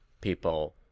people